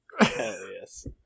yes